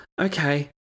Okay